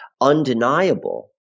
undeniable